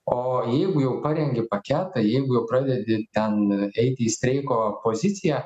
o jeigu jau parengi paketą jeigu pradedi ten eiti į streiko poziciją